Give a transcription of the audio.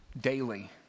daily